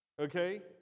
Okay